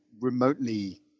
remotely